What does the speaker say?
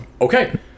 okay